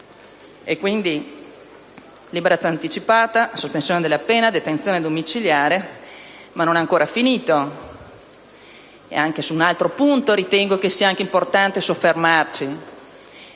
E quindi liberazione anticipata, sospensione della pena, detenzione domiciliare. Ma non ho ancora finito. Anche su un altro punto ritengo che sia importante soffermarci: